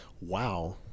Wow